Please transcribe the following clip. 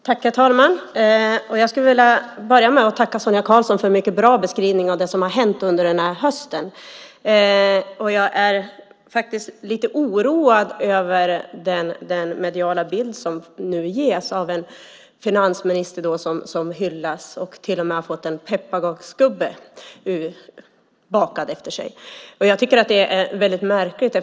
Herr talman! Jag vill börja med att tacka Sonia Karlsson för en mycket bra beskrivning av vad som har hänt under den här hösten. Jag är lite oroad över den mediala bild av finansministern som nu ges. Han hyllas och har till och med har fått en pepparkaksgubbe bakad efter sig. Jag tycker att det är väldigt märkligt.